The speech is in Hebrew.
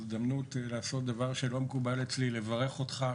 הזדמנות לעשות דבר שלא מקובל אצלי, לברך אותך,